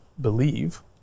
believe